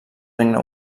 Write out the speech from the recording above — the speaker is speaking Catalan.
regne